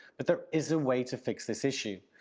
but there is a way to fix this issue.